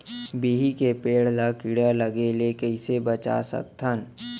बिही के पेड़ ला कीड़ा लगे ले कइसे बचा सकथन?